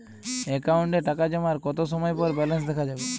অ্যাকাউন্টে টাকা জমার কতো সময় পর ব্যালেন্স দেখা যাবে?